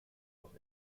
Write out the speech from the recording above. auch